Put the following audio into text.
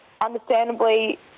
understandably